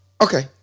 okay